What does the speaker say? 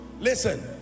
listen